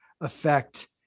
affect